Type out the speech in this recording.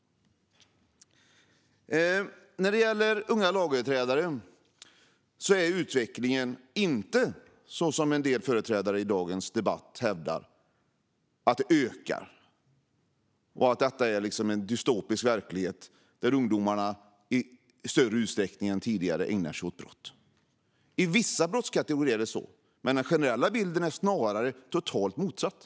När det gäller unga lagöverträdare är utvecklingen inte sådan att dessa ökar i antal, vilket en del företrädare i dagens debatt hävdar. Det sägs att detta är en dystopisk verklighet och att ungdomarna i större utsträckning än tidigare ägnar sig åt brott. I vissa brottskategorier förhåller det sig så, men den generella bilden är snarare totalt motsatt.